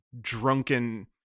drunken